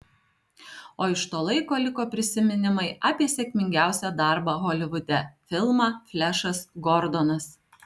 o iš to laiko liko prisiminimai apie sėkmingiausią darbą holivude filmą flešas gordonas